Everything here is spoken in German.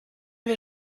wir